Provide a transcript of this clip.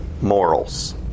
morals